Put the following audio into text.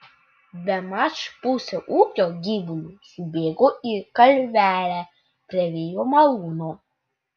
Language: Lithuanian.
bemaž pusė ūkio gyvulių subėgo į kalvelę prie vėjo malūno